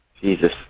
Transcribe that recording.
Jesus